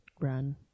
run